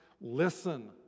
Listen